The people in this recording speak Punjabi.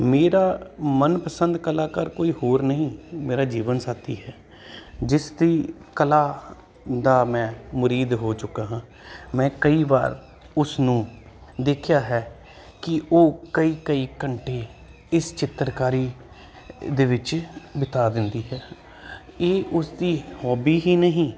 ਮੇਰਾ ਮਨ ਪਸੰਦ ਕਲਾਕਾਰ ਕੋਈ ਹੋਰ ਨਹੀਂ ਮੇਰਾ ਜੀਵਨ ਸਾਥੀ ਹੈ ਜਿਸ ਦੀ ਕਲਾ ਦਾ ਮੈਂ ਮੁਰੀਦ ਹੋ ਚੁੱਕਾ ਹਾਂ ਮੈਂ ਕਈ ਵਾਰ ਉਸ ਨੂੰ ਦੇਖਿਆ ਹੈ ਕਿ ਉਹ ਕਈ ਘੰਟੇ ਇਸ ਚਿੱਤਰਕਾਰੀ ਦੇ ਵਿੱਚ ਬਿਤਾ ਦਿੰਦੀ ਹੈ ਇਹ ਉਸਦੀ ਹੋਬੀ ਹੀ ਨਹੀਂ